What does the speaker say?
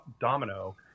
domino